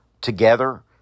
together